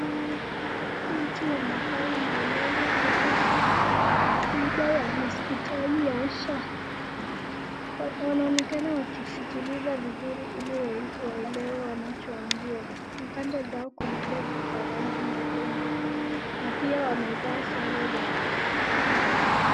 Watu wanapewa maelezo kuhusu tiba ya hospitali ya SHA, wanaonekana wakisikiliza vizuri iliwaelewe wanacho ambiwa, na kando yao kuna begi za rangi nyeupe nyeupe na pia wamevaa sare za hospitali.